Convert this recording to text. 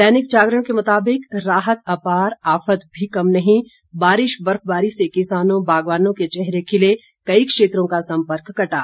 दैनिक जागरण के मुताबिक राहत अपार आफत भी कम नहीं बारिश बर्फबारी से किसानों बागवानों के चेहरे खिले कई क्षेत्रों का संपर्क कटा